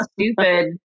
stupid